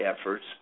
efforts